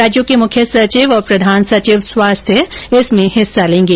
राज्यों के मुख्य सचिव और प्रधान सचिव स्वास्थ्य इसमें हिस्सा लेंगे